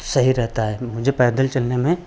सही रहता है मुझे पैदल चलने में